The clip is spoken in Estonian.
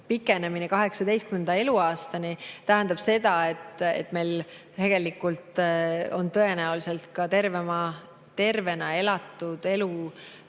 pikenemine 18. eluaastani tähendab seda, et tegelikult on ka tervena elatud elu